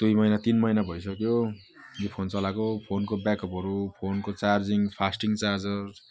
दुई महिना तिन महिना भइसक्यो यो फोन चलाएको फोनको ब्याकअपहरू फोनको चार्जिङ फास्टिङ चार्जर